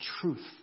truth